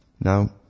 Now